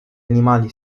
animali